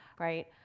Right